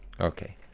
Okay